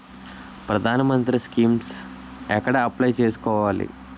ప్రధాన మంత్రి స్కీమ్స్ ఎక్కడ అప్లయ్ చేసుకోవాలి?